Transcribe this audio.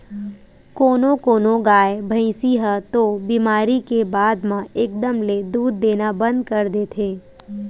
कोनो कोनो गाय, भइसी ह तो बेमारी के बाद म एकदम ले दूद देना बंद कर देथे